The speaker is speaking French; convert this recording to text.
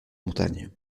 montagnes